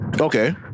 okay